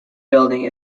building